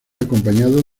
acompañado